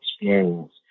experience